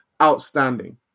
Outstanding